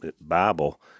Bible